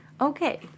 Okay